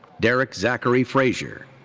derek zachery frazier.